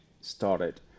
started